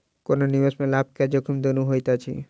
कोनो निवेश में लाभ आ जोखिम दुनू होइत अछि